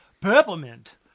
Peppermint